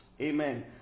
Amen